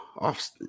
off